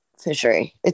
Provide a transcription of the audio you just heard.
fishery